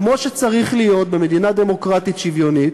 כמו שצריך להיות במדינה דמוקרטית שוויונית,